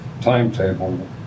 timetable